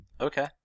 Okay